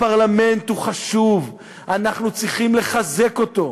הפרלמנט הוא חשוב, אנחנו צריכים לחזק אותו.